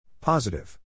Positive